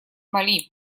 мали